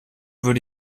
würde